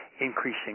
increasing